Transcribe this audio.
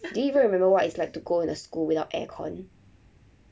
do you even remember what it's like to go in a school without aircon